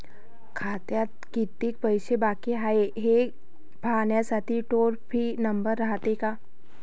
खात्यात कितीक पैसे बाकी हाय, हे पाहासाठी टोल फ्री नंबर रायते का?